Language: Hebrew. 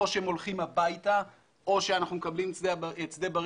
או שהם הולכים הביתה או שאנחנו מקבלים את שדה בריר,